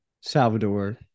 Salvador